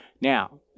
Now